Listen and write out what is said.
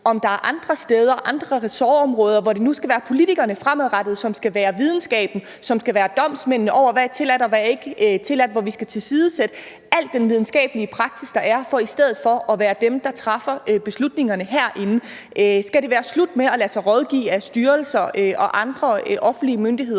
om der er andre steder, andre ressortområder, hvor det nu fremover skal være politikerne, som skal være videnskaben, og som skal være domsmændene over, hvad der er tilladt, og hvad der ikke er tilladt, og hvor vi skal tilsidesætte al den videnskabelig praksis, der er, for i stedet for at være dem, der træffer beslutningerne herinde. Skal det være slut med at lade sig rådgive af styrelser og andre offentlige myndigheder